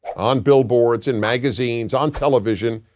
on billboards, in magazines, on television,